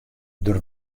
der